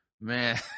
man